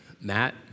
Matt